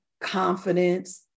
confidence